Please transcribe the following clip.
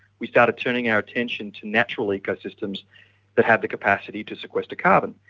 we started turning our attention to natural ecosystems that have the capacity to sequester carbon.